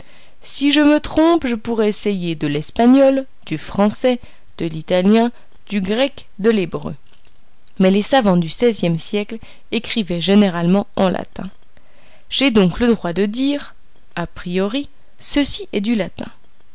si je me trompe je pourrai essayer de l'espagnol du français de l'italien du grec de l'hébreu mais les savants du seizième siècle écrivaient généralement en latin j'ai donc le droit de dire à priori ceci est du latin